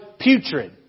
putrid